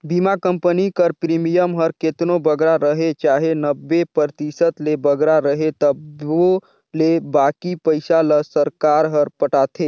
बीमा कंपनी कर प्रीमियम हर केतनो बगरा रहें चाहे नब्बे परतिसत ले बगरा रहे तबो ले बाकी पइसा ल सरकार हर पटाथे